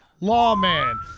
Lawman